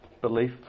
belief